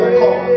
call